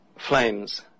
Flames